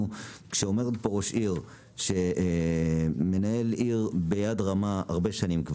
הוא שאומר פה ראש עיר שמנהל עיר ביד רמה הרבה שנים,